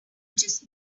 his